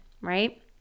right